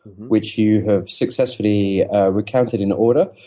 which you have successfully recounted in order.